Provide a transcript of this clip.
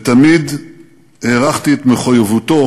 ותמיד הערכתי את מחויבותו